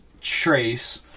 Trace